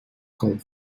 called